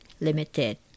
limited